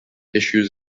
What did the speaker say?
issues